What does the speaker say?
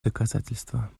доказательства